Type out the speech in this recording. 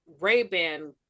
Ray-Ban